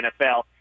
NFL